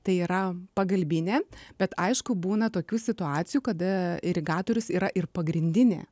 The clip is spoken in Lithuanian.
tai yra pagalbinė bet aišku būna tokių situacijų kada irigatorius yra ir pagrindinė